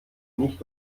nicht